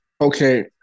Okay